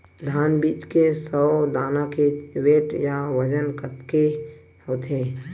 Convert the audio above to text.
धान बीज के सौ दाना के वेट या बजन कतके होथे?